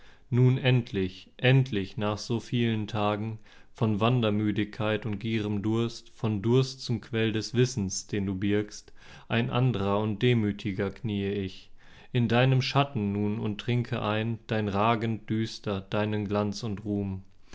nun endlich endlich nach so vielen tagen von wandermüdigkeit und gierem durst von durst zum quell des wissens den du birgst ein andrer und demütiger kniee ich in deinem schatten nun und trinke ein dein ragend düster deinen glanz und ruhm